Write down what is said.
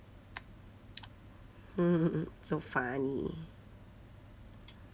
so funny